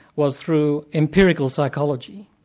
was through empirical psychology,